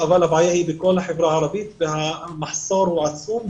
אבל הבעיה היא בכל החברה הערבית והמחסור עצום.